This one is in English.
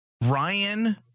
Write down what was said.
Ryan